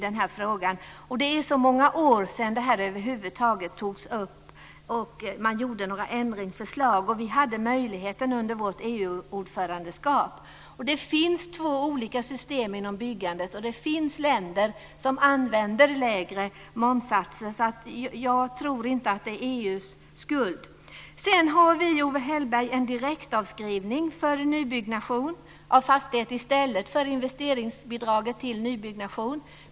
Det är många år sedan detta över huvud taget togs upp och man gjorde ändringsförslag. Under Sveriges EU-ordförandeskap hade vi möjligheter. Det finns två olika system inom byggbranschen. Det finns länder som har lägre momssatser. Jag tror inte att man ska skylla på EU. Sedan föreslår vi, Owe Hellberg, direktavskrivning för nybyggnation av fastighet i stället för investeringsbidrag till nybyggnation.